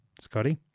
Scotty